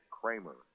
Kramer